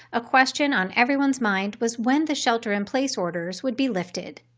a question on everyone's mind was when the shelter in place orders would be lifted.